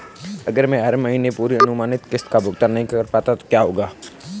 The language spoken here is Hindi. अगर मैं हर महीने पूरी अनुमानित किश्त का भुगतान नहीं कर पाता तो क्या होगा?